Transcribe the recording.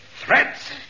Threats